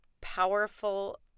powerful